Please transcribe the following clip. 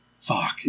fuck